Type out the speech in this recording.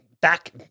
back